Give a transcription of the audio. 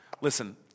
Listen